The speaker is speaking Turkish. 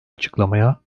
açıklamaya